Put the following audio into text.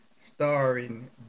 starring